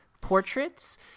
portraits